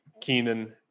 Keenan